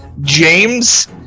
James